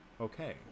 okay